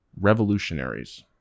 revolutionaries